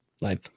Life